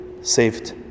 saved